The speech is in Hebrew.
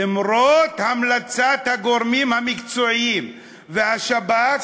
למרות המלצת הגורמים המקצועיים והשב"כ,